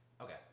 Okay